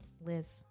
Liz